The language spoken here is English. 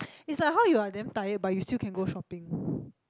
it's like how you're damn tired but you still can go shopping